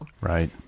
Right